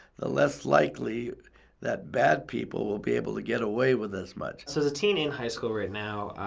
the less likely that bad people will be able to get away with as much. so as a teen in high school right now,